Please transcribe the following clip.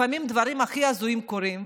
לפעמים הדברים הכי הזויים קורים,